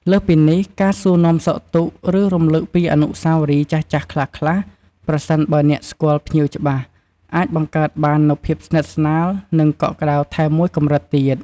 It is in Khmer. លើសពីនេះ ការសួរនាំសុខទុក្ខ ឬរំលឹកពីអនុស្សាវរីយ៍ចាស់ៗខ្លះៗ ប្រសិនបើអ្នកស្គាល់ភ្ញៀវច្បាស់ អាចបង្កើតបាននូវភាពស្និទ្ធស្នាល និងកក់ក្តៅថែមមួយកម្រិតទៀត។